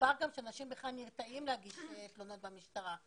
דובר על כך שאנשים נרתעים מלהגיש תלונות במשטרה.